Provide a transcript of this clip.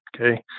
Okay